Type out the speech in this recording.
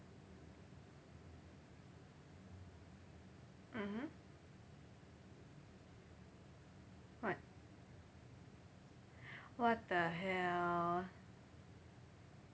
mmhmm what what the hell